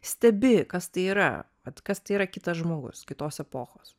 stebi kas tai yra vat kas tai yra kitas žmogus kitos epochos